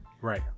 Right